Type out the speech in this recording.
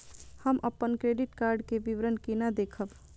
हम अपन credit card के विवरण केना देखब?